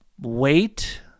Wait